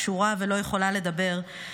קשורה ולא יכולה לדבר,